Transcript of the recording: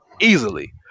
easily